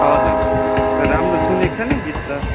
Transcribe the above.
हजुर तर राम्रो सुनिएको छैन गीत त